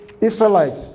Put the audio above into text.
Israelites